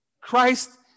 Christ